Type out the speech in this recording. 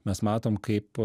mes matom kaip